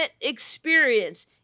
experience